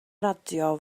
radio